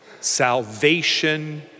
salvation